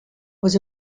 was